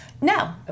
No